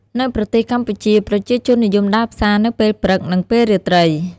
នៅប្រទេសកម្ពុជា ប្រជាជននិយមដើរផ្សារនៅពេលព្រឹក និងពេលរាត្រី។